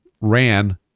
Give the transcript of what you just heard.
ran